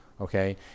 Okay